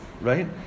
right